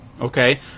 okay